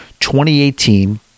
2018